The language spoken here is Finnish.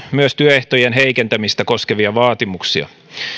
myös työehtojen heikentämistä koskevia vaatimuksia